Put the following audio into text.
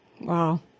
Wow